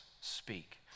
speak